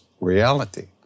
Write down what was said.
reality